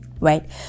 right